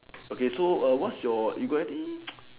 okay so err what's your you got any